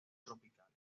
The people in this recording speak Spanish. tropicales